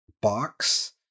box